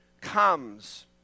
comes